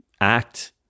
act